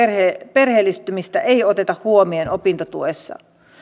perheellistymistä ei oteta huomioon opintotuessa suomessa